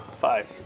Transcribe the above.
Five